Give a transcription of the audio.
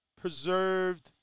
preserved